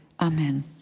Amen